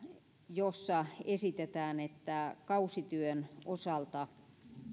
jossa esitetään että kausityön osalta